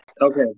Okay